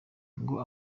ngo